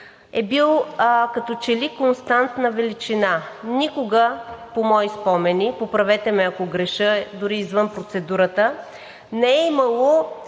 е бил като че ли константна величина. Никога по мои спомени – поправете ме, ако греша, дори и извън процедурата – не е имало